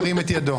ירים את ידו.